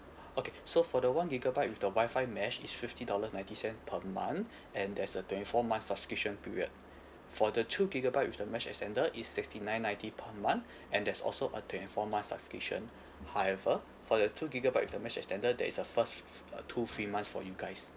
okay so for the one gigabyte with the Wi-Fi mesh it's fifty dollar ninety cent per month and there's a twenty four month subscription period for the two gigabyte with the mesh extender it's sixty nine ninety per month and there's also a twenty four months subscription however for the two gigabyte with the mesh extender there is a first uh two free months for you guys